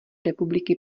republiky